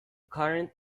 current